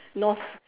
no